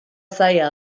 zaila